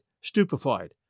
stupefied